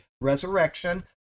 resurrection